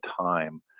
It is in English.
time